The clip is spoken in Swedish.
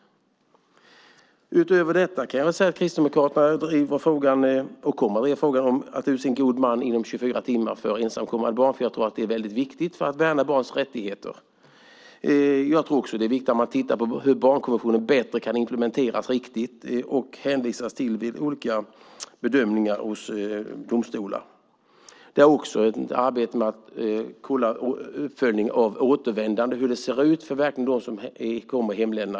Utöver detta kan jag nämna att Kristdemokraterna har drivit och kommer att driva frågan om att inom 24 timmar utse en god man för ensamkommande barn. Jag tror att det är väldigt viktigt för att värna barns rättigheter. Jag tror också att det är viktigt att man tittar på hur barnkonventionen bättre kan implementeras riktigt och hänvisas till i olika bedömningar hos domstolar. Det handlar också om ett arbete om uppföljning av hur det ser ut för återvändande när de kommer till sina hemländer.